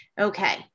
Okay